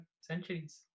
centuries